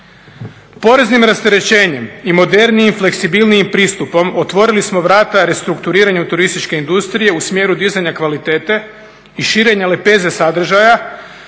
Poreznim rasterećenjem i modernijim, fleksibilnijim pristupom otvorili smo vrata restrukturiranju turističke industrije u smjeru dizanja kvalitete i širenja lepeze sadržaja